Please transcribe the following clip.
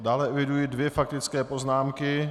Dále eviduje dvě faktické poznámky.